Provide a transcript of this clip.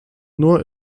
nur